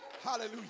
hallelujah